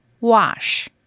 Wash